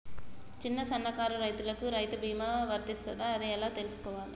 చిన్న సన్నకారు రైతులకు రైతు బీమా వర్తిస్తదా అది ఎలా తెలుసుకోవాలి?